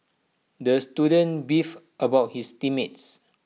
the student beefed about his team mates